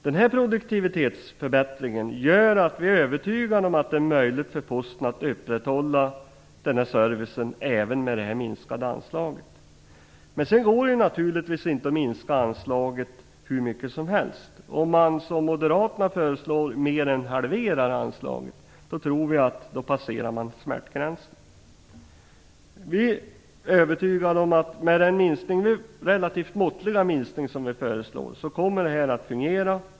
Den här produktivitetsförbättringen gör att vi är övertygade om att det är möjligt för posten att upprätthålla den här servicen även med det minskade anslaget. Men det går naturligtvis inte att minska anslaget hur mycket som helst. Om man som moderaterna föreslår mer än halverar anslaget tror vi att man passerar smärtgränsen. Vi är övertygade om att med den relativt måttliga minskning som vi föreslår kommer detta att fungera.